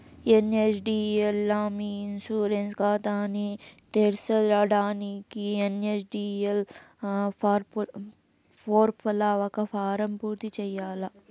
NSDL లా మీ insurance కాతాని తెర్సేదానికి ఎన్.ఎస్.డి.ఎల్ పోర్పల్ల ఒక ఫారం పూర్తి చేయాల్ల